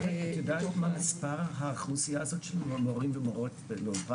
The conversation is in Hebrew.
את יודעת מה מספר האוכלוסייה הזאת של מורים ומורות באולפן?